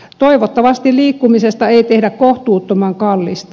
toivottavasti liikkumisesta ei tehdä kohtuuttoman kallista